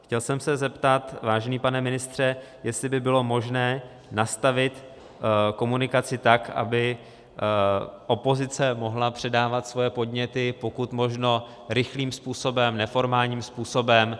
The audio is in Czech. Chtěl jsem se zeptat, vážený pane ministře, jestli by bylo možné nastavit komunikaci tak, aby opozice mohla předávat svoje podněty pokud možno rychlým způsobem, neformálním způsobem.